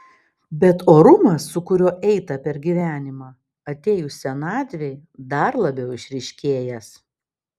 bet orumas su kuriuo eita per gyvenimą atėjus senatvei dar labiau išryškėjęs